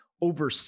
over